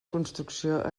construcció